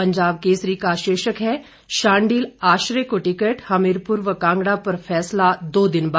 पंजाब केसरी का शीर्षक है शांडिल आश्रय को टिकट हमीरपुर व कांगड़ा पर फैसला दो दिन बाद